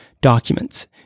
documents